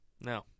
no